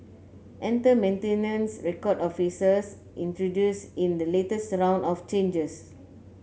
enter maintenance record officers introduced in the latest round of changes